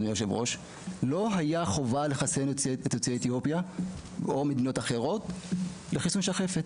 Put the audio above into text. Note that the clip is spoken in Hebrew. לא הייתה חובה לחסן את יוצאי אתיופיה או מדינות אחרות בחיסון שחפת